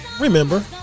Remember